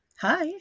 Hi